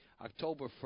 October